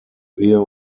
wir